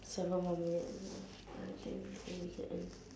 seven more minutes I think then we can end